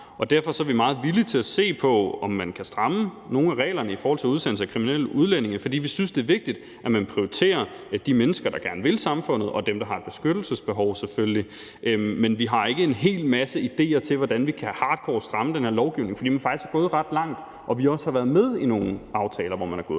Derfor er vi meget villige til at se på, om man kan stramme nogle af reglerne i forhold til udsendelse af kriminelle udlændinge, fordi vi synes, at det er vigtigt, at man prioriterer de mennesker, der gerne vil samfundet, og dem, der har et beskyttelsesbehov, selvfølgelig. Men vi har ikke en hel masse idéer til, hvordan vi kan hardcore stramme den her lovgivning, fordi man faktisk er gået ret langt – og vi har også været med i nogle aftaler, hvor man er gået